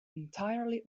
entirely